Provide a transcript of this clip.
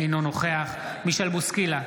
אינו נוכח מישל בוסקילה,